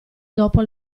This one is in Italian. dopo